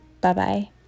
Bye-bye